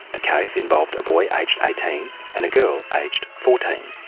the case involved a boy aged eighteen and a girl aged fourteen.